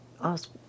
ask